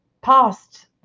past